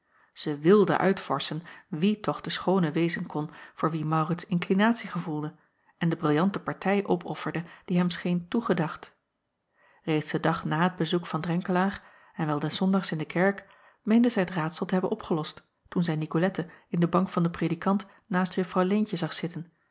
ij wilde uitvorschen wie toch de schoone wezen kon voor wie aurits inclinatie gevoelde en de briljante partij opofferde die hem scheen toegedacht eeds den dag na het bezoek van renkelaer en wel des ondags in de kerk meende zij het raadsel te hebben opgelost toen zij icolette in de bank van den predikant naast uffrouw eentje zag zitten